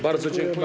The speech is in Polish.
Bardzo dziękuję.